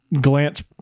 glance